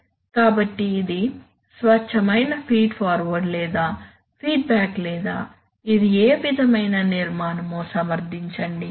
కాబట్టి ఇది స్వచ్ఛమైన ఫీడ్ ఫార్వర్డ్ లేదా ఫీడ్బ్యాక్ లేదా ఇది ఏ విధమైన నిర్మాణమో సమర్థించండి